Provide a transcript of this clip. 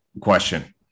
question